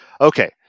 Okay